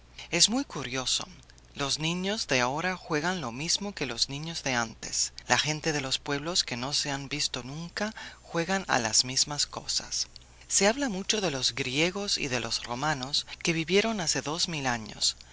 es muy curioso los niños de ahora juegan lo mismo que los niños de antes la gente de los pueblos que no se han visto nunca juegan a las mismas cosas se habla mucho de los griegos y de los romanos que vivieron hace dos mil años